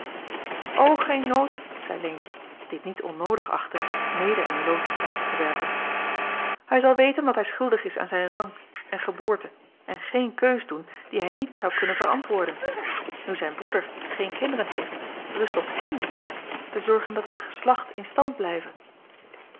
geen nood zeî leentje die t niet onnoodig achtte mede een lood in t zakje te werpen hij zal weten wat hij schuldig is aan zijn rang en geboorte en geen keus doen die hij niet zou kunnen verantwoorden nu zijn broeder geen kinderen heeft rust op hem de taak te zorgen dat het geslacht in stand blijve